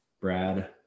Brad